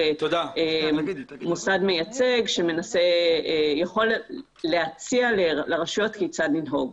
מוסד מייצג שיכול להציע לרשויות כיצד לנהוג.